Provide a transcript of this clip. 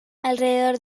alrededor